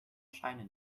scheine